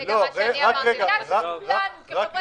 יהיה לנו מאוד